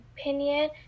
opinion